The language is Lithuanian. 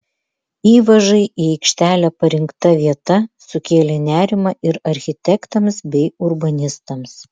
įvažai į aikštelę parinkta vieta sukėlė nerimą ir architektams bei urbanistams